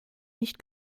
nicht